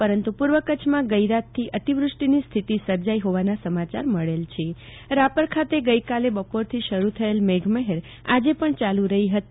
પરંતુ પૂર્વ કચ્છમાં ગઇરાતથી અતિવ્રષ્ટિની સ્થિતિ સર્જાઇ હોવાના સમાચાર મળેલ રાપર ખાતે ગઇકાલ બપોરથી શરૂ થયેલ મેઘ મહેર આજે પણ ચાલુ રહી હતી છે